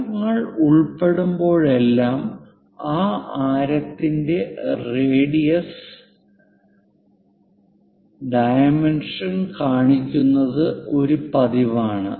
വക്രങ്ങൾ ഉൾപ്പെടുമ്പോഴെല്ലാം ആ ആരത്തിന്റെ ഡൈമെൻഷെൻ കാണിക്കുന്നത് ഒരു പതിവാണ്